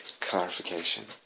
clarification